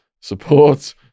support